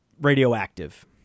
radioactive